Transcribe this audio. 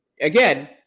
Again